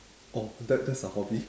oh that that's a hobby